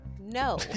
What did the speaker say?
No